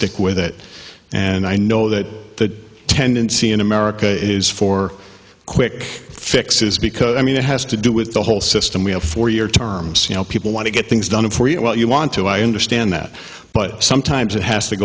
stick with it and i know that the tendency in america is for quick fixes because i mean it has to do with the whole system we have four year terms you know people want to get things done if you want to i understand that but sometimes it has to